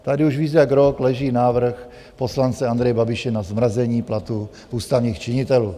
Tady už víc jak rok leží návrh poslance Andreje Babiše na zmrazení platů ústavních činitelů.